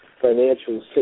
financial